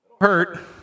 hurt